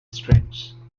strings